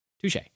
Touche